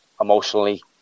emotionally